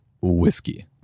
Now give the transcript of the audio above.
Whiskey